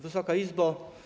Wysoka Izbo!